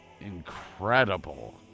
incredible